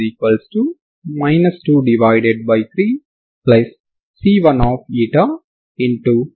అంటే మీరు గతి శక్తి ని మొత్తం డొమైన్ లో కనుగొంటారు సరేనా